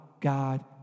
God